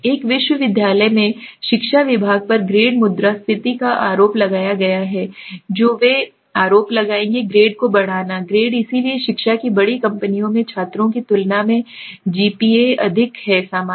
एक विश्वविद्यालय में शिक्षा विभाग पर ग्रेड मुद्रास्फीति का आरोप लगाया गया है जो वे आरोप लगाएंगे ग्रेड को बढ़ाना ग्रेड इसलिए शिक्षा की बड़ी कंपनियों में छात्रों की तुलना में जीपीए अधिक है सामान्य